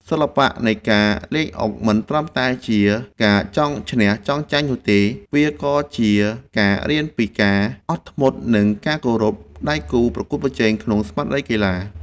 សិល្បៈនៃការលេងអុកមិនត្រឹមតែជាការចង់ឈ្នះចង់ចាញ់នោះទេ គឺ វាក៏ជាការរៀនពីការអត់ធ្មត់និងការគោរពដៃគូប្រកួតប្រជែងក្នុងស្មារតីកីឡា។